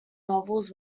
novels